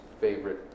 favorite